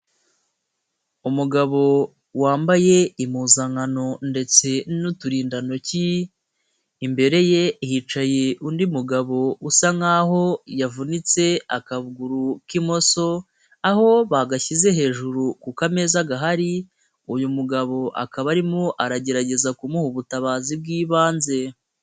Umugabo wambaye impuzankano ndetse n'uturindantoki, imbere ye hicaye undi mugabo usa nkaho yavunitse akaguru k'ibumoso aho bagashyize hejuru ku kameza gahari. Uyu mugabo akaba arimo aragerageza kumuha ubutabazi bw'ibanze.